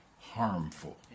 harmful